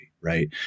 right